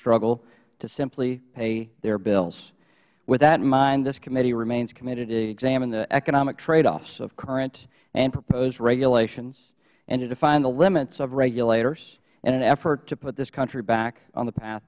struggle to simply pay their bills with that in mind this committee remains committed to examine the economic tradeoffs of current and proposed regulations and to define the limits of regulators in an effort to put this country back on the path